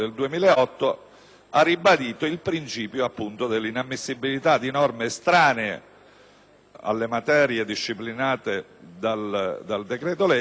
ha ribadito il principio dell'inammissibilità di norme estranee alle materie disciplinate dal decreto-legge